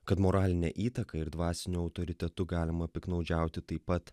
kad moraline įtaka ir dvasiniu autoritetu galima piktnaudžiauti taip pat